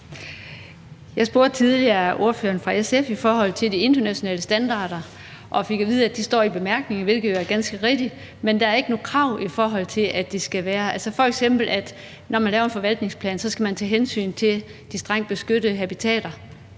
Jeg spurgte tidligere ordføreren fra SF om de internationale standarder og fik at vide, at de fremgår af bemærkningerne, hvilket jo er ganske rigtigt, men der er ikke noget krav om, at de skal være der, f.eks. at man, når man laver en forvaltningsplan, skal tage hensyn til de strengt beskyttede habitater